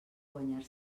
guanyar